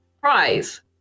prize